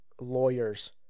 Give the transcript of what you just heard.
lawyers